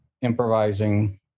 improvising